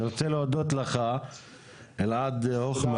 אני רוצה להודות לך אלעד הוכמן.